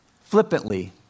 flippantly